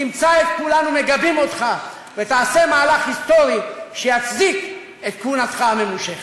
תמצא את כולנו מגבים אותך ותעשה מהלך היסטורי שיצדיק את כהונתך הממושכת.